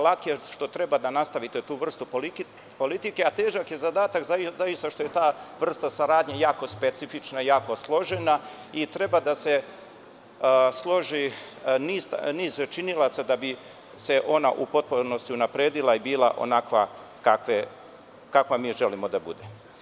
Lak je što treba da nastavite tu vrstu politike, a težak je zadatak zaista što je ta vrsta saradnje jako specifična, jako složena i treba da se složi niz činilaca da bi se ona u potpunosti unapredila i bila onakva kakva mi želimo da bude.